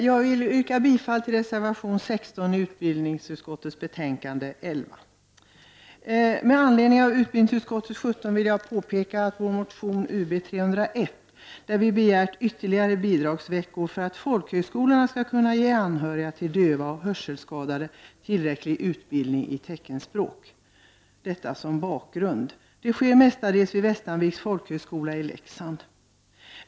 Herr talman! Jag yrkar bifall till reservation 16 i utbildningsutskottets betänkande 11. Med anledning av utbildningsutskottets betänkande 17 vill jag framhålla vår motion, UbU301, där vi begärt ytterligare bidragsveckor för att folkhögskolorna skall kunna ge anhöriga till döva och hörselskadade tillräcklig utbildning i teckenspråk — detta som bakgrund till det följande. Denna utbildning sker mestadels vid Västanviks folkhögskola i Leksand.